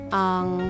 ang